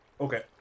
Okay